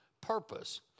purpose